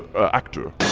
actor.